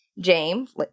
James